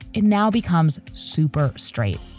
it now becomes super straight.